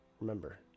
remember